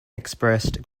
expressed